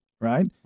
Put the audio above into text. right